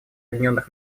объединенных